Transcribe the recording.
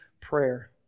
prayer